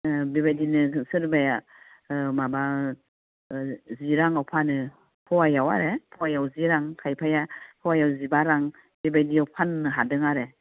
बेबायदिनो सोरबाया माबा जि राङाव फानो पवायाव आरो पवायाव जि रां खायफाया पवायाव जिबा रां बेबायदियाव फाननो हादों आरो